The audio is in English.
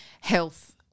health